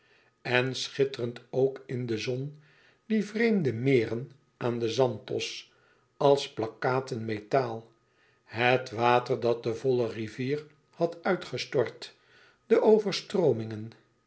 en schitterend ook in e ids aargang de zon die vreemde meeren aan den zanthos als plakkaten metaal het water dat de volle rivier had uitgestort de overstroomingen